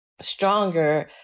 stronger